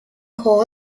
hall